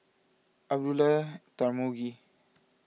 Abdullah Tarmugi